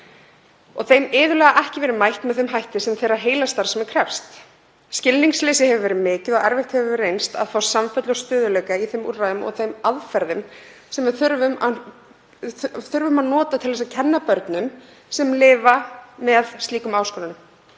þeirra iðulega ekki verið mætt með þeim hætti sem heilastarfsemi þeirra krefst. Skilningsleysi hefur verið mikið og erfitt hefur reynst að fá samfellu og stöðugleika í þeim úrræðum og þeim aðferðum sem við þurfum að nota til að kenna börnum sem lifa með slíkum áskorunum.